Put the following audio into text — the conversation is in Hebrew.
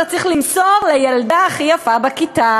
עכשיו אתה צריך למסור לילדה הכי יפה בכיתה,